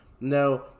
No